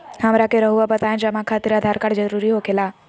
हमरा के रहुआ बताएं जमा खातिर आधार कार्ड जरूरी हो खेला?